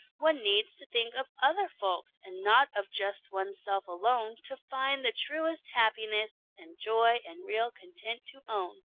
one needs to think of other folks, and not of just one's self alone, to find the truest happiness, and joy and real content to own.